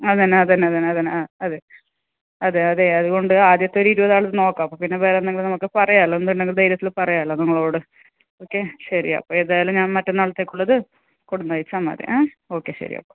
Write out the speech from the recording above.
അതന്നെ അതന്നെ ആ അതെ അതെ അതെ അത്കൊണ്ട് ആദ്യത്തെയൊരു ഇരുപതാൾ നോക്ക് വേറെന്തെങ്കിലും പറയാലോ എന്തുണ്ടെങ്കിലും ധൈര്യത്തിൽ പറയാലോ നിങ്ങളോട് ഓക്കെ ശരി അപ്പം ഏതായാലും ഞാൻ മറ്റന്നാളത്തേക്കുള്ളത് കൊടുത്തയച്ചാൽ മതി ഓക്കെ ശരി അപ്പം